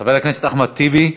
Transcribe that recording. חבר הכנסת אחמד טיבי,